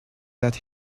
that